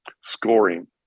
scoring